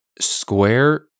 square